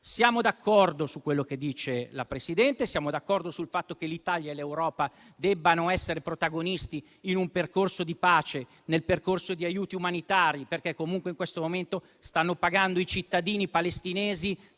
Siamo d'accordo su quello che dice la Presidente, siamo d'accordo sul fatto che l'Italia e l'Europa debbano essere protagoniste in un percorso di pace e di aiuti umanitari, perché comunque in questo momento stanno pagando i tanti cittadini palestinesi